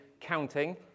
counting